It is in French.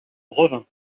revin